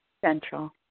Central